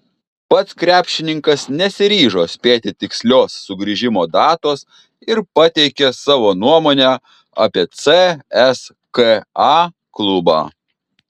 pats krepšininkas nesiryžo spėti tikslios sugrįžimo datos ir pateikė savo nuomonę apie cska klubą